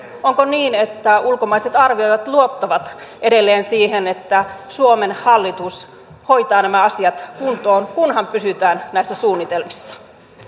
onko niin että ulkomaiset arvioijat luottavat edelleen siihen että suomen hallitus hoitaa nämä asiat kuntoon kunhan pysytään näissä suunnitelmissa